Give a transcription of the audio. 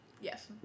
Yes